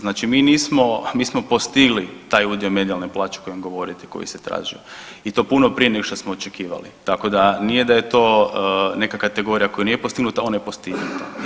Znači mi nismo, mi smo postigli taj udio medijalne plaće o kojem govorite, koji se traži i to puno prije nego što smo očekivali, tako da, nije da je to neka kategorija koja nije postignuta, ona je postignuta.